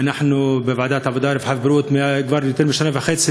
ואנחנו בוועדת העבודה כבר יותר משנה וחצי,